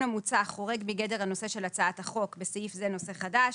המוצע חורג מגדר הנושא של הצעת החוק (בסעיף זה נושא חדש),